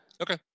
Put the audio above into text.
Okay